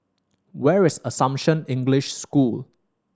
where is Assumption English School